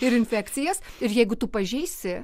ir infekcijas ir jeigu tu pažeisi